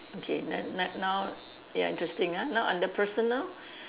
okay then now now ya interesting ah now under personal